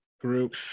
group